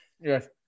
Yes